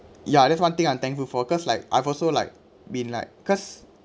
ya that's one thing I'm thankful for cause like I've also like been like cause